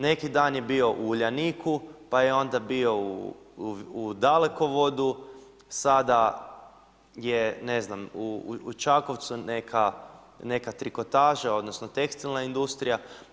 Neki dan je bio u Uljaniku, pa je onda bio u Dalekovodu, sada je ne znam u Čakovcu neka trikotaža, odnosno tekstilna industrija.